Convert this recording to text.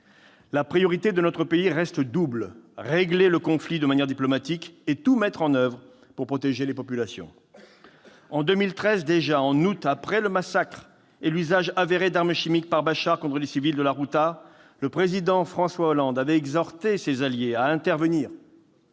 La priorité de notre pays reste double : régler le conflit de manière diplomatique et tout mettre en oeuvre pour protéger les populations. En 2013 déjà, en août, après le massacre et l'usage avéré d'armes chimiques par Bachar contre des civils de la Ghouta, le président François Hollande avait exhorté ses alliés à intervenir.